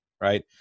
right